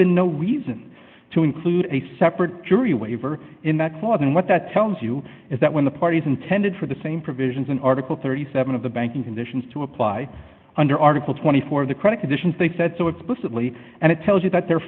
been no reason to include a separate jury waiver in that clause and what that tells you is that when the parties intended for the same provisions in article thirty seven of the banking conditions to apply under article twenty four of the credit conditions they said so explicitly and it tells you that their